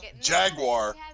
Jaguar